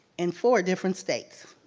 in four different states.